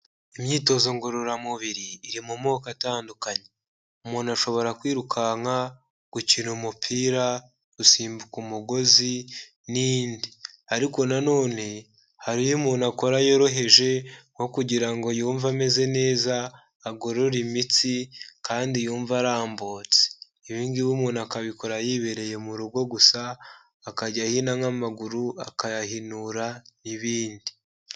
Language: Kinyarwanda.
Imyitozo ngororamubiri iri mu moko atandukanye, umuntu ashobora kwirukanka, gukina umupira, gusimbuka umugozi n'indi ariko nanone hari iyo umuntu akora yoroheje nko kugira ngo yumve ameze neza, agorore imitsi kandi yumve arambutse, ibingibi umuntu akabikora yibereye mu rugo gusa akajya ahina nk'amaguru akayahinura n'ibindi.